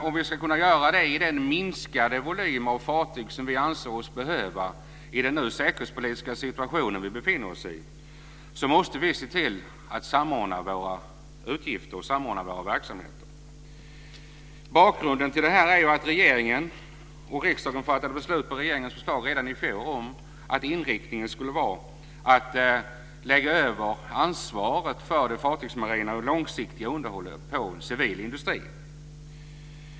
Om vi ska kunna göra det i den minskade volym av fartyg som vi anser oss behöva i den säkerhetspolitiska situation vi nu befinner oss i måste vi se till att samordna våra utgifter och verksamheter. Bakgrunden är att riksdagen fattade beslut på regeringens förslag redan i fjol om att inriktningen skulle vara att lägga över ansvaret för det fartygsmarina långsiktiga underhållet på civil industri.